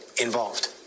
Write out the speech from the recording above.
involved